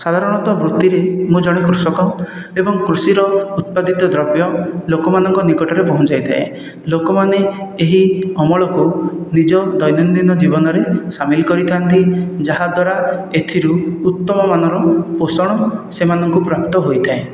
ସାଧାରଣତଃ ବୃତ୍ତିରେ ମୁଁ ଜଣେ କୃଷକ ଏବଂ କୃଷିର ଉତ୍ପାତିତ ଦ୍ରବ୍ୟ ଲୋକ ମାନଙ୍କ ନିକଟରେ ପହଞ୍ଚାଇ ଥାଏ ଲୋକମାନେ ଏହି ଅମଳକୁ ନିଜ ଦୈନନ୍ଦିନ ଜୀବନରେ ସାମିଲ କରିଥାନ୍ତି ଯାହା ଦ୍ଵାରା ଏଥିରୁ ଉତ୍ତମ ମାନର ପୋଷଣ ସେମାନଙ୍କୁ ପ୍ରାପ୍ତ ହୋଇଥାଏ